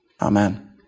Amen